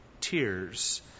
tears